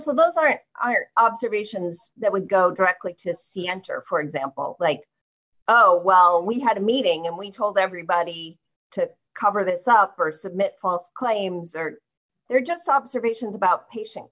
counsel those aren't observations that would go directly to see enter for example like oh well we had a meeting and we told everybody to cover this up or submit false claims or they're just observations about patient